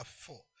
four